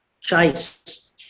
choice